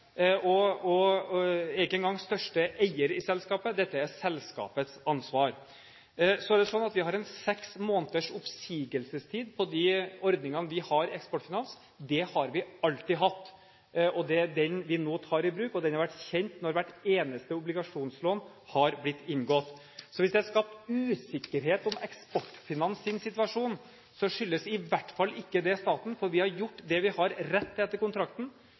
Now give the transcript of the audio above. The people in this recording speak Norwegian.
selskapet, og er ikke engang største eier i selskapet. Dette er selskapets ansvar. Så er det sånn at vi har en seks måneders oppsigelsestid på de 108-ordningene vi har i Eksportfinans. Det har vi alltid hatt, og det er den vi nå tar i bruk. Det har vært kjent når hvert eneste obligasjonslån har blitt inngått. Så hvis det er skapt usikkerhet om Eksportfinans’ situasjon, skyldes det i hvert fall ikke staten, for vi har gjort det vi har rett til etter kontrakten.